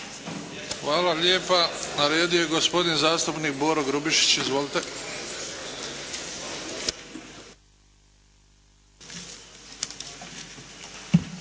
Hvala lijepa. Na redu je gospodin zastupnik Igor Dragovan. Izvolite.